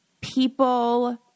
people